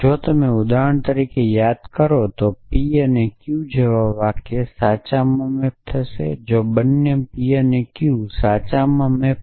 જો તમે ઉદાહરણ તરીકે યાદ કરો તો p અને q જેવા વાક્ય સાચામાં મૅપ થશે જો બંને p અને q સાચા માં મૅપ થાય